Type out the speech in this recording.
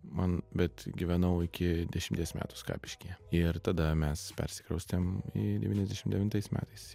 man bet gyvenau iki dešimties metų skapiškyje ir tada mes persikraustėm į devyniasdeši devintais metais